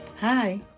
Hi